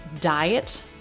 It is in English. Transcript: diet